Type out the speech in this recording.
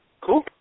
cool